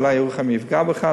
אולי עניין ירוחם יפגע בך,